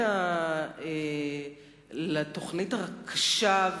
ולתוכנית הקשה,